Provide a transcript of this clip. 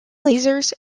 lasers